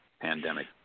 pandemic